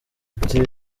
ati